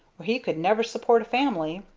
or he could never support a family.